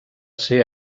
ser